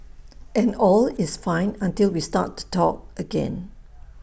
and all is fine until we start to talk again